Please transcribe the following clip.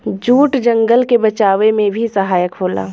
jute जंगल के बचावे में भी सहायक होला